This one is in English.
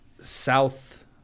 South